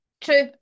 True